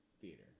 theater